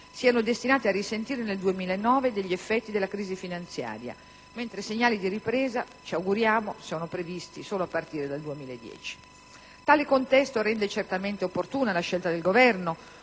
siano destinate a risentire, nel 2009, degli effetti della crisi finanziaria, mentre segnali di ripresa - che ci auguriamo - sono previsti solo a partire dal 2010. Tale contesto rende certamente opportuna la scelta del Governo,